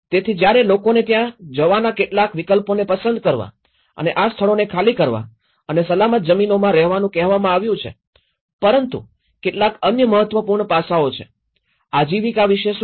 તેથી જ્યારે લોકોને ત્યાં જવાના કેટલાક વિકલ્પોને પસંદ કરવા અને આ સ્થળોને ખાલી કરવા અને સલામત જમીનોમાં રહેવાનું કહેવામાં આવ્યું છે પરંતુ કેટલાક અન્ય મહત્વપૂર્ણ પાસાઓ છે આજીવિકા વિશે શું